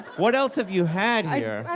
what else have you had here?